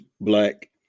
black